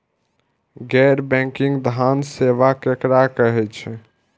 गैर बैंकिंग धान सेवा केकरा कहे छे?